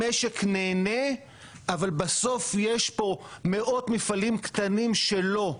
המשק נהנה אבל בסוף יש פה מאות מפעלים קטנים שלא.